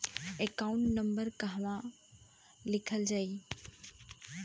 Account number कहवा लिखल जाइ?